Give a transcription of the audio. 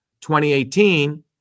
2018